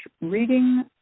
reading